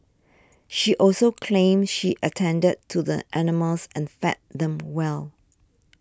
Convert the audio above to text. she also claimed she attended to the animals and fed them well